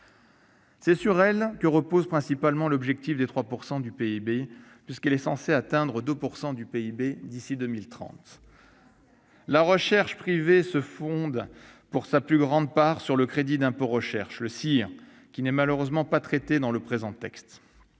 C'est sur elle que repose principalement l'objectif des 3 % du PIB, puisqu'elle est censée atteindre 2 % de celui-ci d'ici à 2030. La recherche privée se fonde pour sa plus grande part sur le crédit d'impôt recherche, le CIR, qui n'est malheureusement pas traité dans le présent texte.